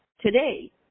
today